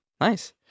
nice